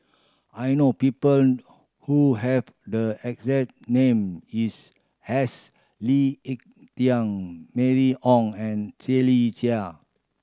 I know people who have the exact name is as Lee Ek Tieng Mylene Ong and Shirley Chew